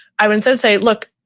i would instead say, look,